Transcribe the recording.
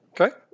Okay